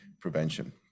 prevention